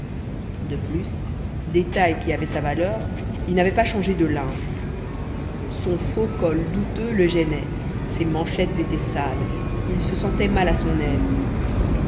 de plus détail qui avait sa valeur il n'avait pas changé de linge son faux col douteux le gênait ses manchettes étaient sales il se sentait mal à son aise